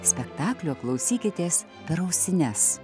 spektaklio klausykitės per ausines